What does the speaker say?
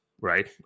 right